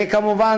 וכמובן,